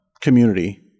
community